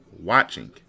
Watching